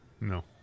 No